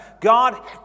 God